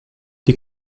die